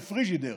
של פריג'ידר.